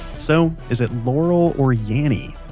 so, is it laurel or yanny?